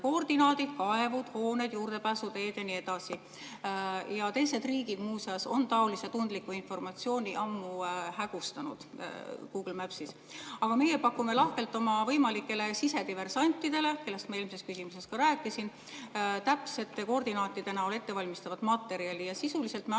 koordinaadid, kaevud, hooned, juurdepääsuteed ja nii edasi. Teised riigid muuseas on taolise tundliku informatsiooni ammu hägustanud Google Mapsis. Aga meie pakume lahkelt oma võimalikele sisediversantidele, kellest ma eelmises küsimuses ka rääkisin, täpsete koordinaatide näol ettevalmistavat materjali. Sisuliselt me